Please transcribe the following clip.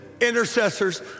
intercessors